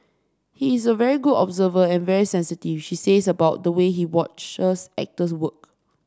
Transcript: he is a very good observer and very sensitive she says about the way he watches actors work